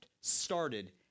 started